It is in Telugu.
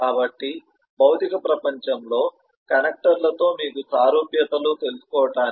కాబట్టి భౌతిక ప్రపంచంలో కనెక్టర్లతో మీకు సారూప్యతలు తెలుసుకోవటానికి